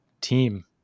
team